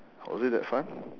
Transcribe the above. was it that fun